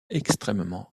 extrêmement